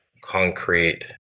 concrete